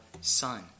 Son